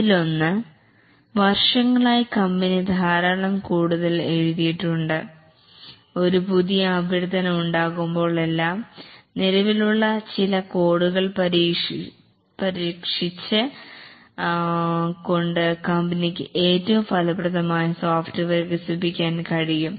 അതിലൊന്ന് വർഷങ്ങളായി കമ്പനി ധാരാളം കൂടുതൽ എഴുതിയിട്ടുണ്ട് ഒരു പുതിയ അഭ്യർത്ഥന ഉണ്ടാകുമ്പോൾ എല്ലാം നിലവിലുള്ള ചില കോഡുകൾ പരിഷ്കരിച്ച് കൊണ്ട് കമ്പനിക്ക് ഏറ്റവും ഫലപ്രദമായി സോഫ്റ്റ്വെയർ വികസിപ്പിക്കാൻ കഴിയും